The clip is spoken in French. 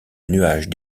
nuage